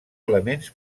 elements